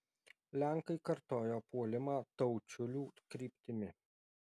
lenkai kartojo puolimą taučiulių kryptimi